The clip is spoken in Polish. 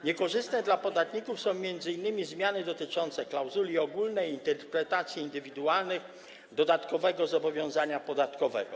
Niekorzystne dla podatników są m.in. zmiany dotyczące klauzuli ogólnej, interpretacji indywidualnych, dodatkowego zobowiązania podatkowego.